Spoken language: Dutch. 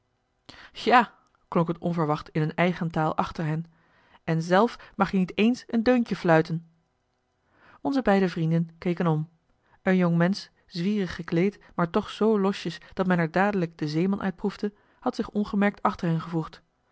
klonk het onverwacht in hun eigen taal achter hen en zèlf mag je niet eens een deuntje fluiten onze beide vrienden keken om een jongmensch zwierig gekleed maar toch zoo losjes dat men er dadelijk den zeeman uit proefde had zich ongemerkt achter hen gevoegd